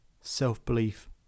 self-belief